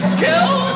kill